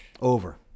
Over